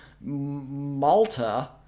Malta